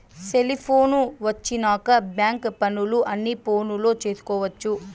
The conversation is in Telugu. సెలిపోను వచ్చినాక బ్యాంక్ పనులు అన్ని ఫోనులో చేసుకొవచ్చు